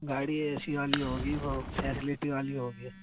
گاڑی A C والی ہو گی وہ فیسلیٹی والی ہو گی